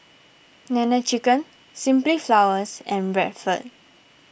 Nene Chicken Simply Flowers and Bradford